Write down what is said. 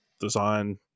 design